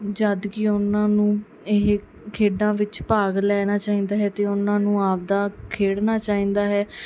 ਜਦ ਕਿ ਉਹਨਾਂ ਨੂੰ ਇਹ ਖੇਡਾਂ ਵਿੱਚ ਭਾਗ ਲੈਣਾ ਚਾਹੀਦਾ ਹੈ ਅਤੇ ਉਹਨਾਂ ਨੂੰ ਆਪਦਾ ਖੇਡਣਾ ਚਾਹੀਦਾ ਹੈ